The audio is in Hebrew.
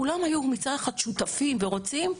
כולם היו מצד אחד, שותפים ורוצים,